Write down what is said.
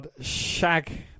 shag